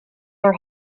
her